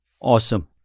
Awesome